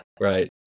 right